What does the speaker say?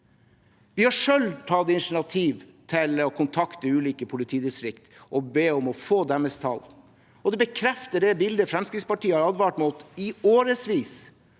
Vi har selv tatt initiativ til å kontakte ulike politidistrikt og be om å få deres tall, og det bekrefter det bildet Fremskrittspartiet har advart mot i årevis,